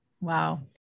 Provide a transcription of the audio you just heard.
Wow